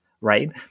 right